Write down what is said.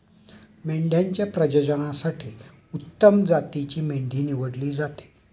मेंढ्यांच्या प्रजननासाठी उत्तम जातीची मेंढी निवडली जाते